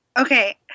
Okay